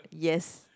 yes